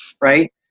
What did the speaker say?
right